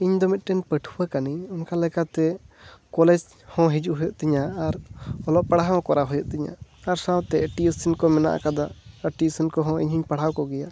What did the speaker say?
ᱤᱧ ᱫᱚ ᱢᱤᱫᱴᱮᱱ ᱯᱟᱹᱴᱷᱩᱣᱟᱹ ᱠᱟᱱᱟᱹᱧ ᱚᱱᱠᱟ ᱞᱮᱠᱟᱛᱮ ᱠᱚᱞᱮᱡᱽ ᱦᱚᱸ ᱡᱤᱦᱩᱜ ᱦᱩᱭᱩᱜ ᱛᱤᱧᱟᱹ ᱟᱨ ᱚᱞᱚᱜ ᱯᱟᱲᱦᱟᱣ ᱦᱚᱸ ᱠᱚᱨᱟᱣ ᱦᱩᱭᱩᱜ ᱛᱤᱧᱟᱹ ᱟᱨ ᱥᱟᱶᱛᱮ ᱴᱤᱭᱩᱥᱮᱱ ᱠᱚ ᱢᱮᱱᱟᱜ ᱟᱠᱟᱫᱟ ᱴᱤᱭᱩᱥᱮᱱ ᱠᱚᱦᱚᱸ ᱤᱧ ᱦᱚᱸᱧ ᱯᱟᱲᱦᱟᱣ ᱠᱚᱜᱮᱭᱟ